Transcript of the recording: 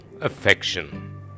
affection